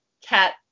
cat